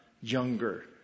younger